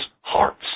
hearts